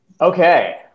okay